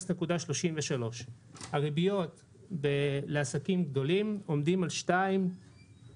0.33. הריביות לעסקים גדולים עומדים על 1.2,